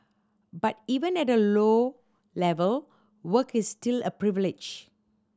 but even at a low level work is still a privilege